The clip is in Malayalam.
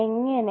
എങ്ങനെ